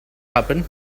happened